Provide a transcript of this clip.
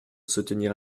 soutenir